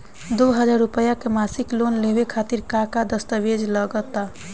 दो हज़ार रुपया के मासिक लोन लेवे खातिर का का दस्तावेजऽ लग त?